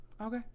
Okay